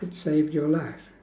it saved your life